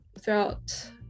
throughout